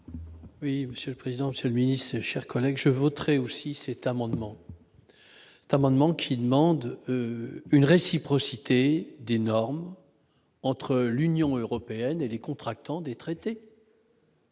Oui, monsieur le président Monsieur mini-ses chers collègues, je voterai aussi c'est un amendement d'amendements qui demande une réciprocité d'énormes entre l'Union européenne et les contractants des traités.